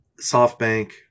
SoftBank